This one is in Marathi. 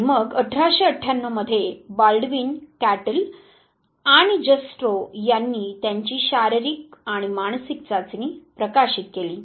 आणि मग 1898 मध्ये बाल्डविन कॅटल आणि जस्ट्रो यांनी त्यांची शारीरिक आणि मानसिक चाचणी प्रकाशित केली